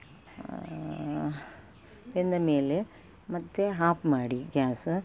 ಬೆಂದ ಮೇಲೆ ಮತ್ತೆ ಹಾಪ್ ಮಾಡಿ ಗ್ಯಾಸ